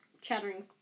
chattering